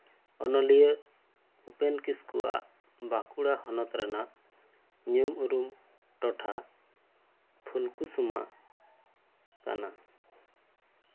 ᱚᱱᱚᱞᱤᱭᱟᱹ ᱩᱯᱮᱱ ᱠᱤᱥᱠᱩᱣᱟᱜ ᱵᱟᱸᱠᱩᱲᱟ ᱦᱚᱱᱚᱛ ᱨᱮᱱᱟᱜ ᱧᱩᱢ ᱩᱨᱩᱢ ᱴᱚᱴᱷᱟ ᱯᱷᱩᱞᱠᱩᱥᱢᱟ ᱠᱟᱱᱟ